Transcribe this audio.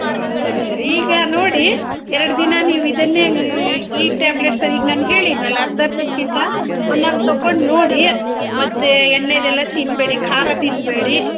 ಹಾಂ ಸರಿ ಸರಿ ಈಗ ನೋಡಿ ಎರಡು ದಿನ ನೀವು ಇದನ್ನೇ ನೀವು ಈ ಟ್ಯಾಬ್ಲೆಟ್ಸ್ ಅಲ್ಲಾ ಈಗ ಹೇಳಿದ್ನಲ್ಲಾ ಅರ್ಧರ್ಧಕ್ಕಿಂತ ಒನ್ನೊಂದು ತಕೊಂಡು ನೋಡಿ ಮತ್ತು ಎಣ್ಣೆದೆಲ್ಲ ತಿನ್ಬೇಡಿ ಖಾರ ತಿನ್ಬೇಡಿ